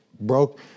broke